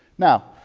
now,